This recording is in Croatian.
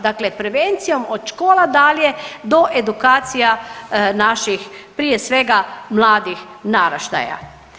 Dakle, prevencijom od škola dalje do edukacija naših prije svega mladih naraštaja.